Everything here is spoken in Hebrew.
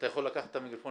בבקשה.